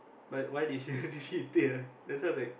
but why did she did she tell that's why I was like